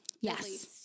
Yes